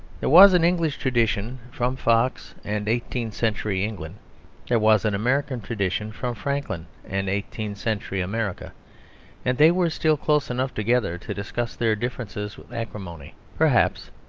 there was an english tradition, from fox and eighteenth-century england there was an american tradition from franklin and eighteenth-century america and they were still close enough together to discuss their differences with acrimony, perhaps,